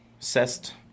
Cest